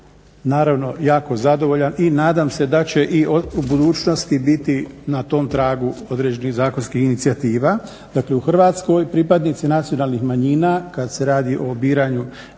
naravno jako zadovoljan i nadam se da će i u budućnosti biti na tom tragu određenih zakonskih inicijativa. Dakle, u Hrvatskoj pripadnici nacionalnih manjina, kad se radi o biranju